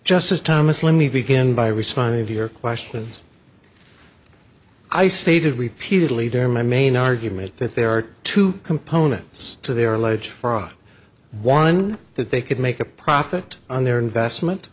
justice thomas let me begin by responding to your questions i stated repeatedly their my main argument that there are two components to their alleged fraud one that they could make a profit on their investment